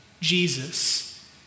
Jesus